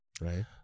right